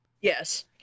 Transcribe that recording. Yes